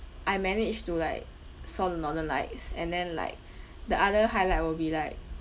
I managed to like saw the northern lights and then like the other highlight will be like